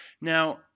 Now